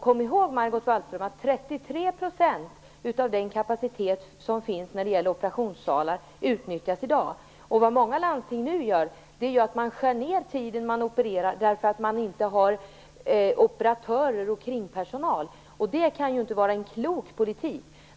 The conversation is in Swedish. Kom ihåg, Margot Wallström, att 33 % av operationssalarnas kapacitet utnyttjas i dag. Många landsting skär nu ned tiden då man opererar därför att man inte har operatörer och kringpersonal. Det kan inte vara en klok politik.